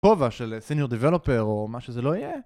פובה של Senior Developer, או מה שזה לא יהיה